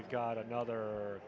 we got another